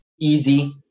easy